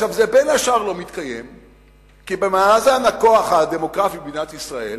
בין השאר זה לא מתקיים כי במאזן הכוח הדמוגרפי במדינת ישראל